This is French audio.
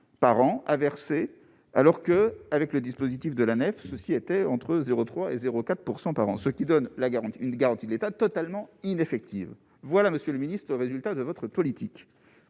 par an à verser alors que, avec le dispositif de la nef, ceci était entre 03 et 04 % par an, ce qui donne la garantie, une garantie de l'État totalement ineffectives voilà, Monsieur le Ministre, résultat de votre politique,